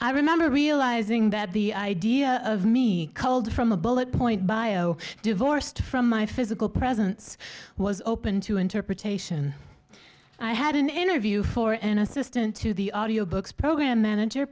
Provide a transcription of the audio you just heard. i remember realizing that the idea of me called from a bullet point bio divorced from my physical presence was open to interpretation i had an interview for an assistant to the audio books program manager